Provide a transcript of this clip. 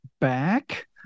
back